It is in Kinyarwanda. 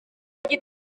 icyo